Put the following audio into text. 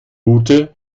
route